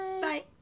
Bye